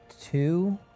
Two